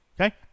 Okay